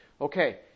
Okay